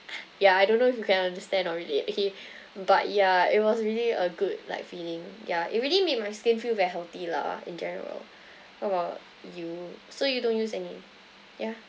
ya I don't know if you can understand or relate okay but ya it was really a good like feeling ya it really made my skin feel very healthy lah in general what about you so you don't use any yeah